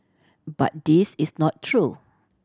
but this is not true